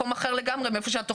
מהבנק